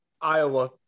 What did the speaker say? iowa